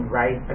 right